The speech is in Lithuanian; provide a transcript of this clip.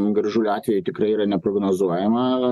gražulio atveju tikrai yra neprognozuojama